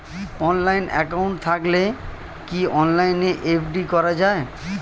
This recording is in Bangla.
অনলাইন একাউন্ট থাকলে কি অনলাইনে এফ.ডি করা যায়?